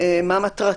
מה מטרתם.